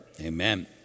Amen